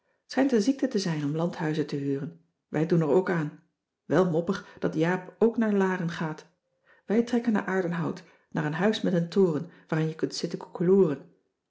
een ziekte te zijn om landhuizen te huren wij doen er ook aan wel moppig dat jaap ook naar laren gaat wij trekken naar aerdenhout naar een huis met een toren waarin je kunt zitten